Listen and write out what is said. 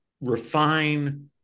refine